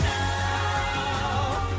now